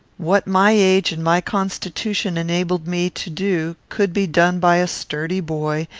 what my age and my constitution enabled me to do could be done by a sturdy boy,